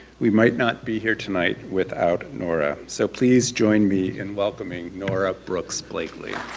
we might not be here tonight without nora. so please join me in welcoming nora brookes blakely.